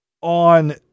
on